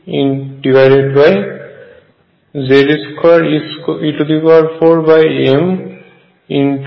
E